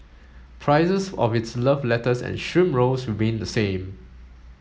prices of its love letters and shrimp rolls remain the same